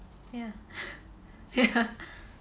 ya ya